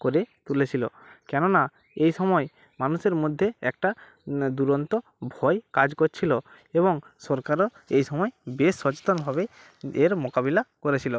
করে তুলেছিল কেননা এই সময় মানুষের মধ্যে একটা দুরন্ত ভয় কাজ করছিল এবং সরকারও এই সময় বেশ সচেতনভাবে এর মোকাবিলা করেছিল